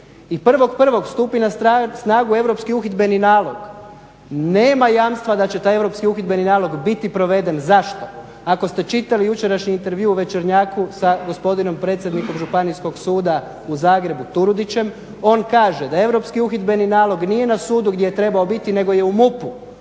i 1.1.stupi na snagu Europski uhidbeni nalog nema jamstava da će taj Europski uhidbeni nalog biti proveden. Zašto? ako ste čitali jučerašnji intervju u večernjaku sa gospodinom predsjednikom Županijskog suda u Zagrebu, Tudurićem, on kaže da Europski uhidbeni nalog nije na sudu gdje je trebao biti nego je u MUP-u